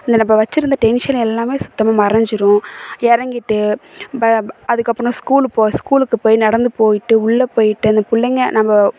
இந்த நம்ம வச்சிருந்த டென்ஷன் எல்லாமே சுத்தமாக மறைஞ்சிரும் இறங்கிட்டு ப அதுக்கப்புறம் ஸ்கூல் போ ஸ்கூலுக்கு போய் நடந்து போயிட்டு உள்ளே போயிட்டு அந்த பிள்ளைங்க நம்ம